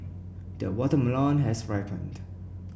the watermelon has ripened